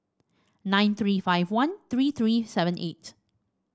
nine three five one three three seven eight